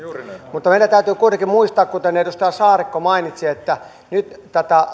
mutta meidän täytyy kuitenkin muistaa kuten edustaja saarikko mainitsi että nyt